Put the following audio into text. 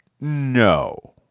No